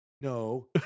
no